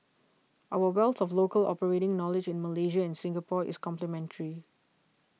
our wealth of local operating knowledge in Malaysia and Singapore is complementary